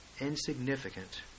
insignificant